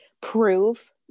prove